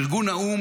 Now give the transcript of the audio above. ארגון האו"ם,